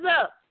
up